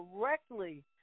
directly